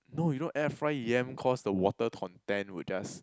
no you don't air fry yam cause the water content would just